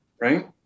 right